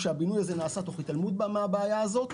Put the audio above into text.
כאשר הבינוי הזה נעשה תוך התעלמות מהבעיה הזו,